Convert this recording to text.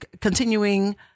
continuing